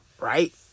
right